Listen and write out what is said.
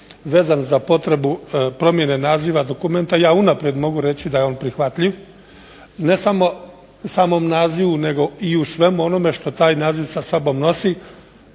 vezan za potrebu promjene naziva dokumenta. Ja unaprijed mogu reći da je on prihvatljiv ne samom nazivu nego i u svemu onome što taj naziv sa sobom nosi.